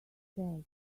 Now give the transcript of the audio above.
stairs